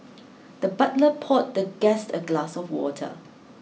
the butler poured the guest a glass of water